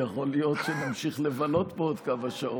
יכול להיות שנמשיך לבלות פה עוד כמה שעות.